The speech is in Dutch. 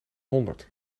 honderd